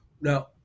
Now